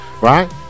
right